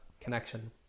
connection